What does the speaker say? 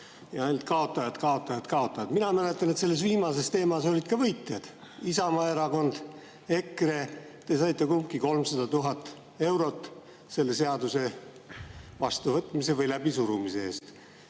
ainult kaotajad, kaotajad, kaotajad. Mina mäletan, et selle viimase teema puhul olid ka võitjad: Isamaa Erakond ja EKRE – te saite kumbki 300 000 eurot selle seaduse vastuvõtmise või läbisurumise eest.